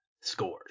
scores